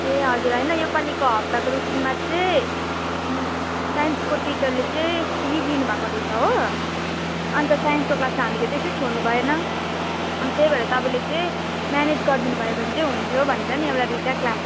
ए हजुर होइन योपालिको हप्ताको रुटिनमा चाहिँ साइन्सको टिचरले चाहिँ लिभ लिनुभएको रहेछ हो अन्त साइन्सको क्लासमा हामीले त्यसै छोड्नु भएन अनि त्यही भएर तपाईँले चाहिँ म्यानेज गरिदिनुभयो भने चाहिँ हुन्थ्यो भनेर एउटा दुईटा क्लास